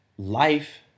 Life